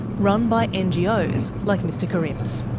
run by ngos like mr karim's.